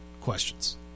Questions